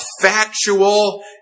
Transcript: factual